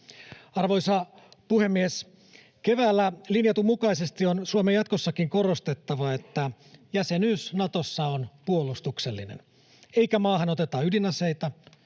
Arvoisa puhemies! Keväällä linjatun mukaisesti on Suomen jatkossakin korostettava, että jäsenyys Natossa on puolustuksellinen eikä maahan oteta ydinaseita